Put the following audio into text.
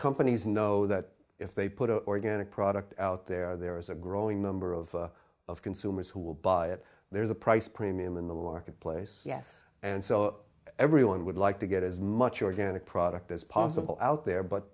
companies know that if they put organic product out there there is a growing number of of consumers who will buy it there's a price premium in the lark of place yes and so everyone would like to get as much or again a product as possible out there but